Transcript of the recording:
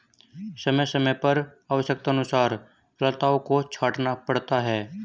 समय समय पर आवश्यकतानुसार लताओं को छांटना पड़ता है